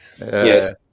yes